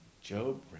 Job